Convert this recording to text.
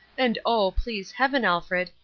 and oh, please heaven, alfred,